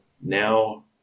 now